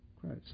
Christ